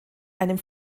einem